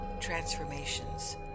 transformations